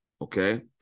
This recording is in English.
okay